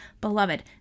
Beloved